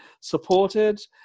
supported